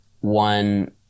one